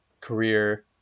career